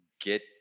get